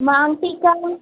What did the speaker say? maang tikka